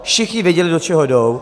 Všichni věděli, do čeho jdou.